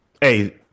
hey